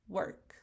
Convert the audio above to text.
work